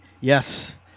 Yes